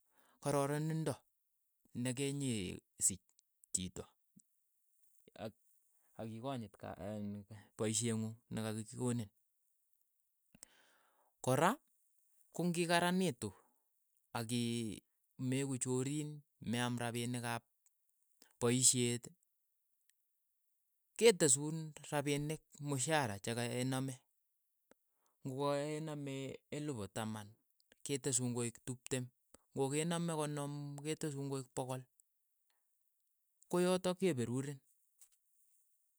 Korororinndo nekenyiisich chito, ak ak ikonyit kaa in paisheng'ung ne ka ki koniin, kora kong'ikaranitu akii meeku choriin, me aam rapinik ap poisheet, ketesuun rapinik mushara chakee name, ngoainame elipu taman, ketesun koek tuptem, ng'okename konom. ketesun koek pogol. koyotok ke perurin.